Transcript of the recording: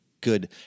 good